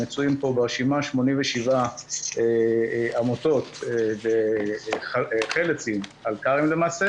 מצויים פה ברשימה 87 עמותות וחל"צים מלכ"רים למעשה